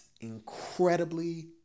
incredibly